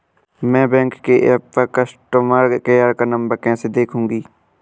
मैं बैंक के ऐप पर कस्टमर केयर का नंबर कैसे देखूंगी?